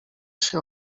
się